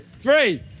three